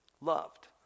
loved